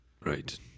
Right